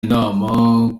inama